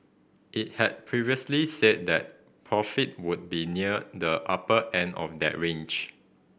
it had previously said that profit would be near the upper end of that range